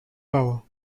power